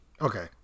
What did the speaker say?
Okay